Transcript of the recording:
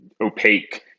opaque